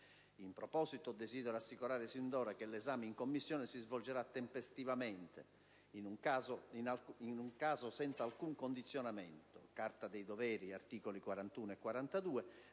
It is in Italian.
In proposito, desidero assicurare sin d'ora che l'esame in Commissione si svolgerà tempestivamente: in un caso senza alcun condizionamento (Carta dei doveri, articoli 41 e 42);